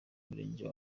murenge